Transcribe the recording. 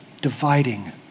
dividing